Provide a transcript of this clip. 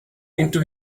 into